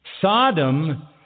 Sodom